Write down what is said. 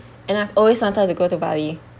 and I've always wanted to go to bali